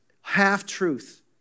half-truth